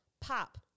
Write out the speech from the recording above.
pop